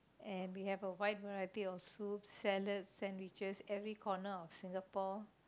and we have a wide variety of soups salads sandwiches every corner of Singapore